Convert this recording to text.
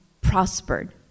prospered